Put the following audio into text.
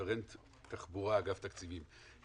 רפרנט תחבורה, אגף התקציבים.